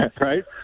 Right